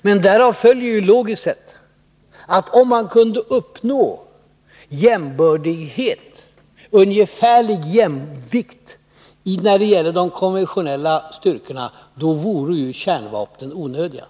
Men därav följer logiskt sett att om man kunde uppnå ungefärlig jämvikt när det gäller de konventionella styrkorna, vore ju kärnvapnen onödiga.